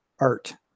art